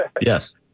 Yes